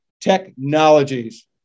Technologies